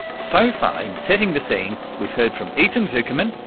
so far in setting the scene we've heard from ethan zuckerman,